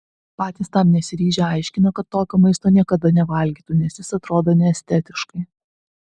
patys tam nesiryžę aiškino kad tokio maisto niekada nevalgytų nes jis atrodo neestetiškai